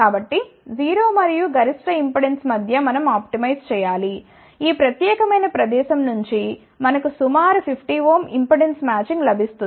కాబట్టి 0 మరియు గరిష్ట ఇంపెడెన్స్ మధ్య మనం ఆప్టిమైజ్ చేయాలి ఈ ప్రత్యేకమైన ప్రదేశం నుంచి మనకు సుమారు 50 ఓం ఇంపెడెన్స్ మ్యాచింగ్ లభిస్తుంది